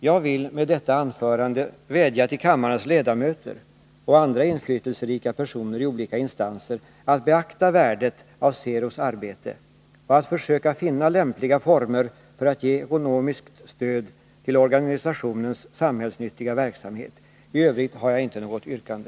Jag vill med detta anförande vädja till kammarens ledamöter och andra inflytelserika personer i olika instanser att beakta värdet av SERO:s arbete och att försöka finna lämpliga former för att ge ekonomiskt stöd till organisationens samhällsnyttiga verksamhet. I övrigt har jag inte något yrkande.